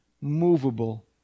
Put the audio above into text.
movable